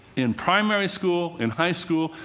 in primary school, in high school,